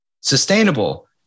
sustainable